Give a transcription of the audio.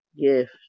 gift